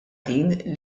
din